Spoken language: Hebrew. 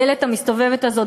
הדלת המסתובבת הזאת,